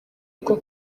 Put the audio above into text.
ako